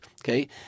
Okay